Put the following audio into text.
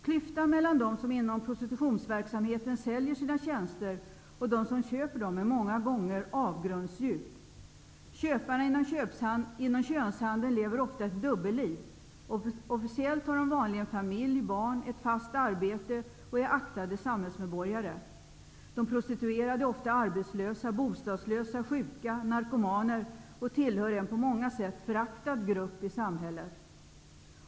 Klyftan mellan de som inom prostitutionsverksamheten säljer sina tjänster och de som köper dem är många gånger avgrundsdjup. Köparna inom könshandeln lever ofta ett dubbelliv. Officiellt har de vanligen familj, barn, ett fast arbete och är aktade samhällsmedborgare. De prostituerade är ofta arbetslösa, bostadslösa, sjuka, narkomaner och tillhör en på många sätt föraktad grupp i samhället.